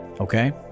okay